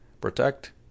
protect